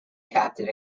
captain